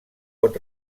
pot